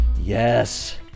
Yes